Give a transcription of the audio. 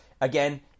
again